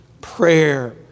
prayer